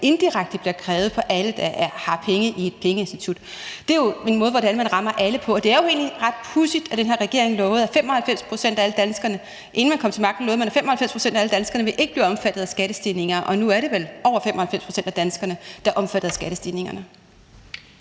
indirekte bliver opkrævet fra alle, der har penge i et pengeinstitut. Det er jo en måde, hvor man rammer alle, og det er jo egentlig ret pudsigt, at den her regering, inden den kom til magten, lovede, at 95 pct. af alle danskere ikke ville blive omfattet af skattestigninger. Og nu er det vel over 95 pct. af danskerne, der er omfattet af skattestigningerne.